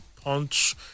punch